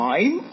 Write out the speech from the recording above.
Time